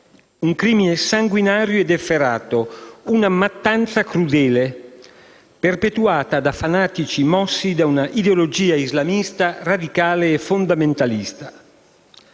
un crimine sanguinario ed efferato, una mattanza crudele perpetrata da fanatici mossi da una ideologia islamista radicale e fondamentalista.